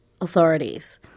authorities